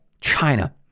China